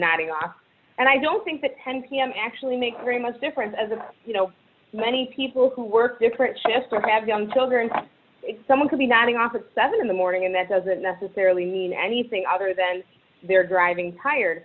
nodding off and i don't think the ten pm actually makes very much difference as a you know many people who work different shifts or have young children if someone could be nodding off at seven in the morning and that doesn't necessarily mean anything other than their driving tired